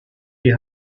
die